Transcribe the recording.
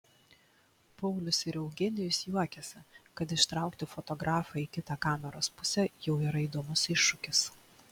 paulius ir eugenijus juokiasi kad ištraukti fotografą į kitą kameros pusę jau yra įdomus iššūkis